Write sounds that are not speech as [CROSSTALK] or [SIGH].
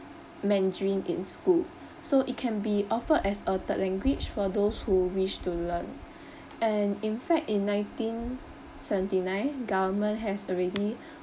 mandarin in school so it can be offered as a third language for those who wish to learn [BREATH] and in fact in nineteen seventy nine government has already [BREATH]